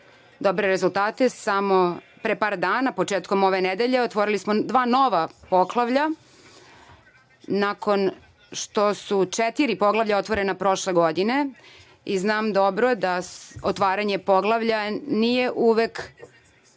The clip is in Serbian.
dobre rezultate. Samo pre par dana, početkom ove nedelje, otvorili smo dva nova poglavlja, nakon što su četiri poglavlja otvorena prošle godine i znam dobro da otvaranje poglavlja nije uvek